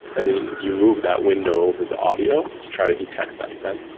and then you move that window over the audio to try to detect that event.